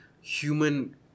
human